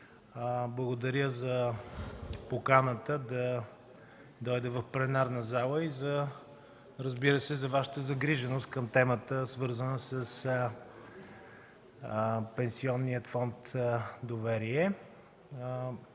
Благодаря за поканата да дойда в пленарната зала и, разбира се, за Вашата загриженост към темата, свързана с Пенсионния фонд „Доверие”.